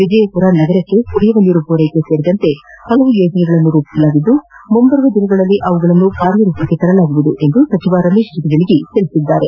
ವಿಜಯಪುರ ನಗರಕ್ಕೆ ಕುಡಿಯುವ ನೀರು ಪೂರೈಕೆ ಸೇರಿದಂತೆ ಹಲವು ಯೋಜನೆಗಳನ್ನು ರೂಪಿಸಿದ್ದು ಮುಂಬರುವ ದಿನಗಳಲ್ಲಿ ಅವುಗಳನ್ನು ಕಾರ್ಯಗತಗೊಳಿಸಲಾಗುವುದು ಎಂದು ಸಚಿವ ರಮೇಶ್ ಜಿಗಜಿಣಗಿ ಹೇಳಿದರು